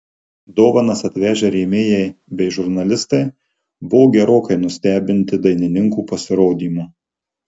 dovanas atvežę rėmėjai bei žurnalistai buvo gerokai nustebinti dainininkų pasirodymu